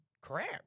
crap